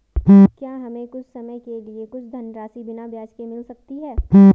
क्या हमें कुछ समय के लिए कुछ धनराशि बिना ब्याज के मिल सकती है?